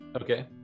Okay